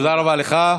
תודה רבה לך.